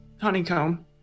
honeycomb